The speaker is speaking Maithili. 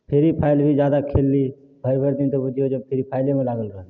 फ्री फायर भी जादा खेलली भरि भरि दिन तऽ बुझियौ जे फ्री फायरे लागल रहली